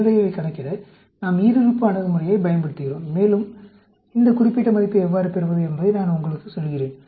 நிகழ்தகவைக் கணக்கிட நாம் ஈருறுப்பு அணுகுமுறையைப் பயன்படுத்துகிறோம் மேலும் இந்த குறிப்பிட்ட மதிப்பை எவ்வாறு பெறுவது என்பதை நான் உங்களுக்கு சொல்கிறேன்